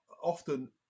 Often